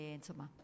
insomma